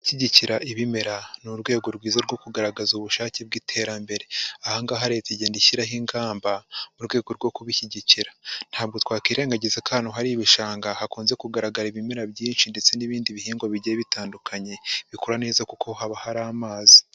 Gushyigikira ibimera ni urwego rwiza rwo kugaragaza ubushake bw'iterambere, ahangaha leta igenda ishyiraho ingamba mu rwego rwo kubishyigikira ntabwo twakwirengagiza ahantu hari ibishanga hakunze kugaragara ibimera byinshi ndetse n'ibindi bihingwa bigiye bitandukanye bikura neza kuko haba hari amazi.